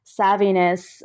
savviness